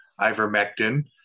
ivermectin